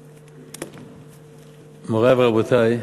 תודה, מורי ורבותי,